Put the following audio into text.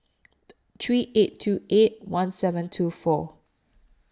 three eight two eight one seven two four